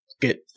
Get